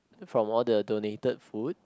from all the donated food